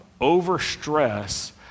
overstress